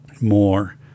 more